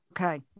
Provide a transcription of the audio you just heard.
Okay